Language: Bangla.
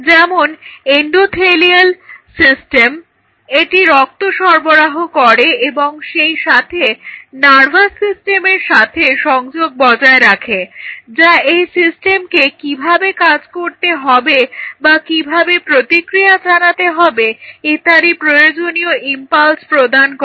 যেমন এন্ডোথেলিয়াল সিস্টেম এটি রক্ত সরবরাহ করে এবং সেইসাথে নার্ভাস সিস্টেমের সাথে সংযোগ বজায় রাখে যা এই সিস্টেমকে কিভাবে কাজ করতে হবে বা কিভাবে প্রতিক্রিয়া জানাতে হবে ইত্যাদি প্রয়োজনীয় ইম্পালস প্রদান করে